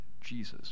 Jesus